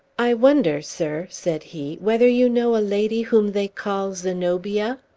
i wonder, sir, said he, whether you know a lady whom they call zenobia?